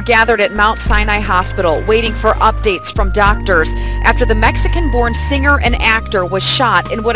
gathered at mount sinai hospital waiting for updates from doctors after the mexican born singer and actor was shot in what